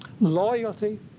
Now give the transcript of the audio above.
Loyalty